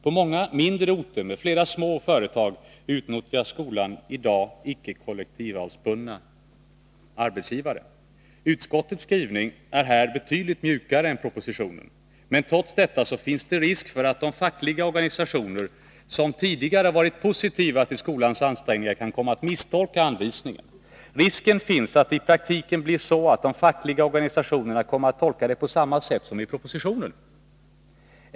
På många mindre orter med flera små företag utnyttjar skolan i dag ickekollektivavtalsbundna arbetsgivare. Utskottets skrivning är här betydligt mjukare än propositionens, men trots detta finns det risk för att fackliga organsationer, som tidigare har varit positiva till skolans ansträngningar, kan komma att misstolka anvisningen. Risken finns att det i praktiken blir så att de fackliga organisationerna kommer att tolka anvisningen på samma sätt som anges i propositionen.